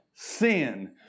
Sin